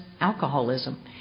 alcoholism